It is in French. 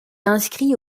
inscrit